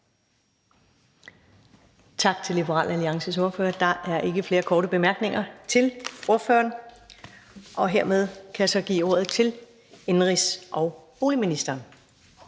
Tak til Liberal Alliances ordfører. Der er ikke flere korte bemærkninger. Hermed kan jeg så give ordet til indenrigs- og boligministeren